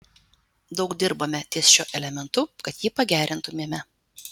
daug dirbame ties šiuo elementu kad jį pagerintumėme